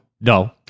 no